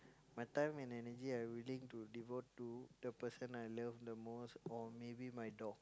my time and energy I willing to devote to the person I love the most or maybe my dog